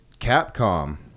Capcom